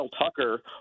Tucker